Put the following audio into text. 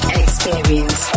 experience